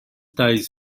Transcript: ties